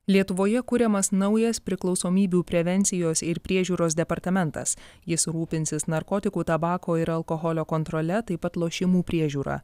lietuvoje kuriamas naujas priklausomybių prevencijos ir priežiūros departamentas jis rūpinsis narkotikų tabako ir alkoholio kontrole taip pat lošimų priežiūrą